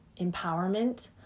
empowerment